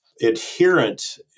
adherent